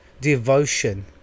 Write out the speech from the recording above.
devotion